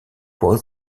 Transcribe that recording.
was